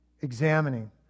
examining